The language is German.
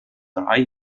drei